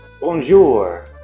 Bonjour